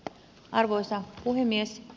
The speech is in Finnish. arvoisa puhemies